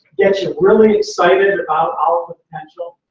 get you really excited about all the potential.